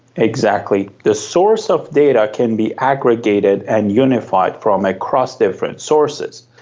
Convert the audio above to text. exactly. the source of data can be aggregated and unified from across different sources.